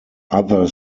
other